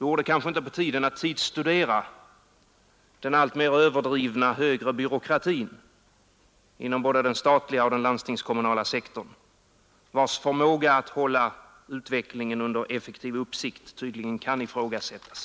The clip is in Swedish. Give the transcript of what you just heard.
Vore det inte på tiden att tidsstudera den alltmer överdrivna högre byråkratin inom både den statliga och den landstingskommunala sektorn? Dess förmåga att hålla utvecklingen under effektiv uppsikt kan tydligen ifrågasättas.